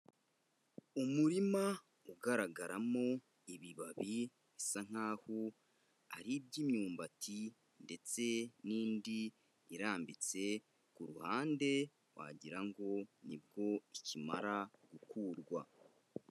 Umurima ugaragaramo ibibabi bisa nkaho ari iby'imyumbati ndetse n'indi irambitse ku ruhande, wagira ngo ni bwo ikimara gukurwa.